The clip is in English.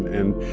and